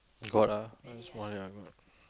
got ah one small ya got